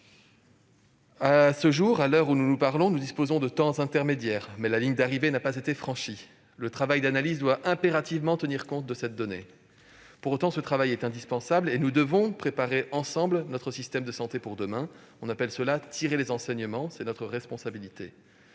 À ce jour, à l'heure même où nous parlons, nous disposons de temps intermédiaires, mais la ligne d'arrivée n'a pas été franchie. Le travail d'analyse doit impérativement tenir compte de cette donnée. Pour autant, ce travail est indispensable et nous devons préparer ensemble notre système de santé pour demain. On appelle cela « tirer les enseignements »; c'est notre responsabilité.